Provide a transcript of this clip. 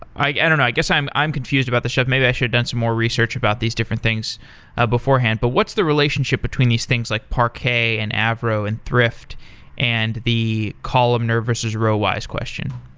i don't know. i guess i'm i'm confused about this stuff. maybe i should have done some more research about these different things ah beforehand. but what's the relationship between these things, like parquet and avro and thrift and the columnar versus row-wise question?